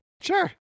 Sure